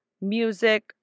music